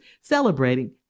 celebrating